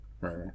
Right